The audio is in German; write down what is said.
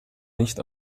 nicht